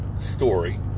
story